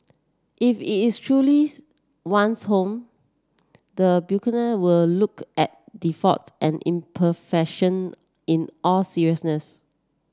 if it is one's home the were look at defaults and imperfection in all seriousness